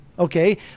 okay